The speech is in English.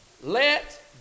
let